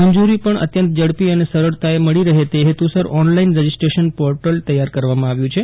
મંજૂરી પણ અત્યંત ઝડપી અને સરળતાએ મળી રહે તે હેતુસર ઓનલાઇન રજીસ્ટ્રેશન પોર્ટલ તૈયાર કરવામાં આવ્યું છે